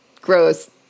gross